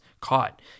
caught